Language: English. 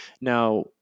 Now